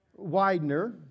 Widener